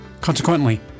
Consequently